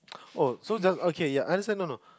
oh so just okay ya understand no no